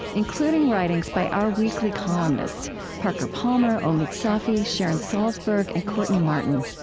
including writings by our weekly columnists parker palmer, omid safi, sharon salzberg, and courtney martin.